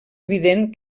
evident